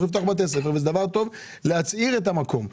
לפתוח בתי ספר וזה דבר טוב להצעיר את המקום,